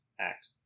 act